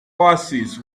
oasis